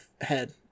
head